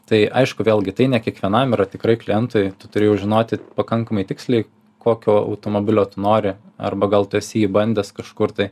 tai aišku vėlgi tai ne kiekvienam yra tikrai klientui tu turi jau žinoti pakankamai tiksliai kokio automobilio tu nori arba gal tu esi jį bandęs kažkur tai